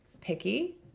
picky